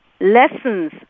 Lessons